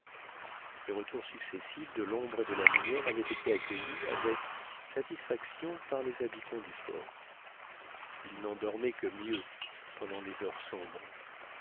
ces retours successifs de l'ombre et de la lumière avaient été accueillis avec satisfaction par les habitants du fort ils n'en dormaient que mieux pendant les heures sombres